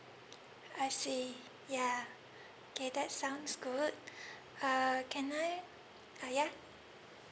I see yeah okay that sounds good uh can I uh yeah